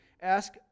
ask